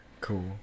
Cool